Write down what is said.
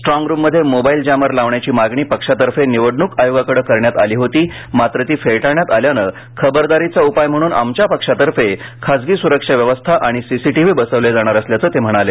strong room मध्ये mobile jammer लावण्याची मागणी पक्षातर्फे निवडणूक आयोगाकडे करण्यात आली होती मात्र ती फेटाळण्यात आल्यानं खबरदारीचा उपाय म्हणून आमच्या पक्षातर्फे खासगी सुरक्षा व्यवस्था आणि सी सी टीव्ही बसवले जाणार असल्याचं ते म्हणाले